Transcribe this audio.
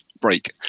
break